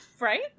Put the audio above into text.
Right